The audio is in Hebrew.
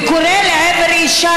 וקורא לעבר אישה,